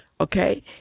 Okay